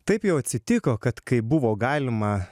taip jau atsitiko kad kai buvo galima